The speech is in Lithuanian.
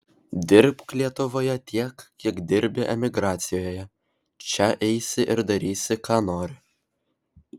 dirbk lietuvoje tiek kiek dirbi emigracijoje čia eisi ir darysi ką nori